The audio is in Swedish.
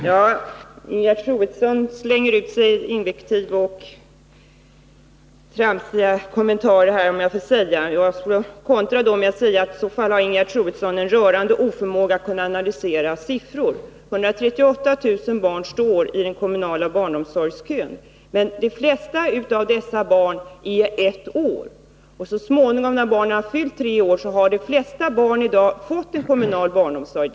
Herr talman! Ingegerd Troedsson slänger ur sig invektiv och tramsiga kommentarer. Jag skulle vilja kontra dem med att säga att Ingegerd Troedsson på ett rörande sätt visat en oförmåga att analysera siffror. 138 000 barn står i kö till den kommunala barnomsorgen, men de flesta av dessa barn är ett år. Så småningom, när barnen har fyllt tre år, har de flesta av dem fått en kommunal barnomsorg.